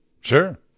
Sure